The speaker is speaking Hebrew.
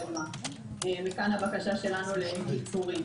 מכאן הבקשה שלנו לקיצורים.